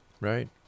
Right